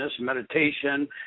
meditation